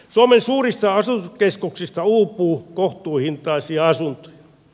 suomen suurista asutuskeskuksista uupuu kohtuuhintaisia asuntoja